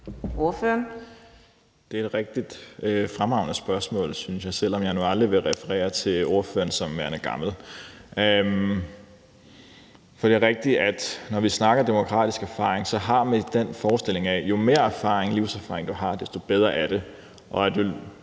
(SF): Det er et rigtig fremragende spørgsmål, synes jeg, selv om jeg nu aldrig vil referere til ordføreren som værende gammel. For det er rigtigt, at når vi snakker om demokratisk erfaring, har vi den forestilling, at jo mere erfaring, livserfaring, du har, desto bedre er det, og at jo